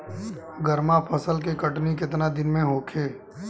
गर्मा फसल के कटनी केतना दिन में होखे?